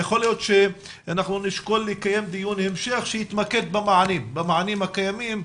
אנחנו נשקול לקיים דיון המשך שיתמקד במענים הקיימים,